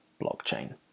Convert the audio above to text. blockchain